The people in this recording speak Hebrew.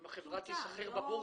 אם החברה תיסחר בבורסה,